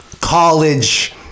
college